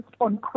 on